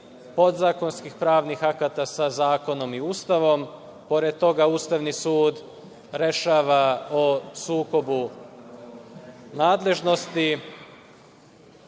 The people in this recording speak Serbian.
podzakonskih pravnih akata sa zakonom i Ustavom, pored toga, Ustavni sud rešava o sukobu nadležnosti,